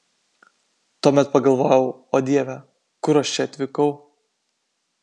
tuomet pagalvojau o dieve kur aš čia atvykau